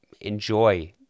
enjoy